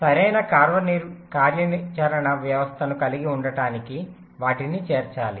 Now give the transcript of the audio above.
సరైన కార్యాచరణ వ్యవస్థను కలిగి ఉండటానికి వాటిని చేర్చాలి